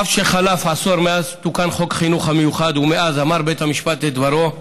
אף שחלף עשור מאז תוקן חוק החינוך המיוחד ומאז אמר בית המשפט את דברו,